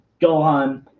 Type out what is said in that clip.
Gohan